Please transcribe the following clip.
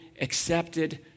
accepted